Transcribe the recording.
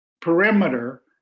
perimeter